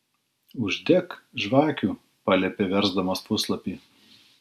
uždek žvakių paliepė versdamas puslapį